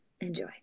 enjoy